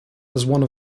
one